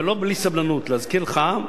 ולא בלי סבלנות להזכיר לך,